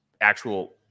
actual